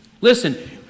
Listen